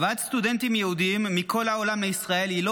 הבאת סטודנטים יהודים מכל העולם לישראל היא לא